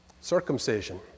Circumcision